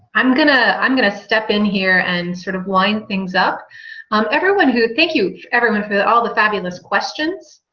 i'm gonna i'm gonna step in here and sort of wind things up um everyone who thank you everyone for all the fabulous questions